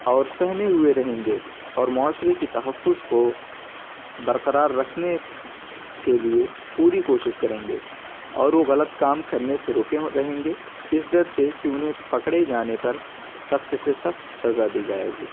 اور سہمے ہوئے رہیں گے اور معاشرے کی تحفظ کو برقرار رکھنے کے لیے پوری کوشش کریں گے اور وہ غلط کام کرنے سے رکے رہیں گے اس ڈر سے کہ انہیں پکڑے جانے پر سخت سے سخت سزا دی جائے گی